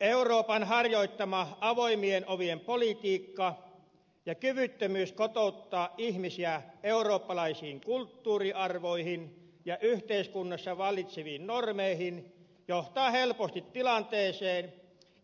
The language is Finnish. euroopan harjoittama avoimien ovien politiikka ja kyvyttömyys kotouttaa ihmisiä eurooppalaisiin kulttuuriarvoihin ja yhteiskunnassa vallitseviin normeihin johtaa helposti tilanteeseen